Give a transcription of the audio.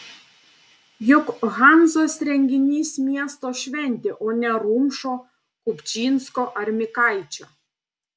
juk hanzos renginys miesto šventė o ne rumšo kupčinsko ar mikaičio